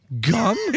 Gum